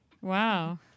Wow